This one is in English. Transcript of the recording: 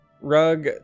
Rug